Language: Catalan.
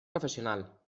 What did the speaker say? professional